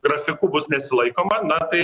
grafikų bus nesilaikoma na tai